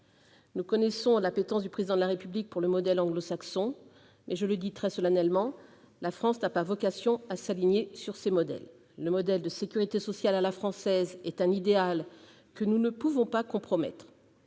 Nous connaissons l'appétence du Président de la République pour le modèle anglo-saxon, mais, je le dis très solennellement, la France n'a pas vocation à s'aligner sur un tel modèle. La sécurité sociale à la française est un idéal que nous ne pouvons pas compromettre.